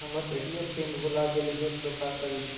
हमर ATM pin भूला गेली हे, तो का करि?